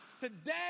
today